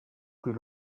plus